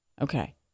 Okay